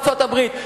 ארצות-הברית.